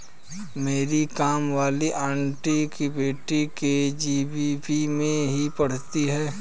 मेरी काम वाली आंटी की बेटी के.जी.बी.वी में ही पढ़ती है